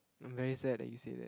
I'm very sad that you say that